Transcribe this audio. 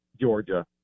Georgia